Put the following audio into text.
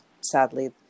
sadly